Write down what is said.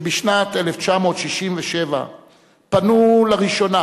שבשנת 1967 פנו לראשונה,